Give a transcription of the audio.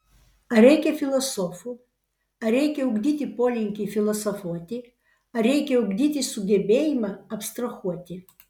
ar reikia filosofų ar reikia ugdyti polinkį filosofuoti ar reikia ugdyti sugebėjimą abstrahuoti